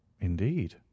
Indeed